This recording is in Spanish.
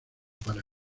para